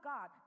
God